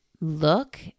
look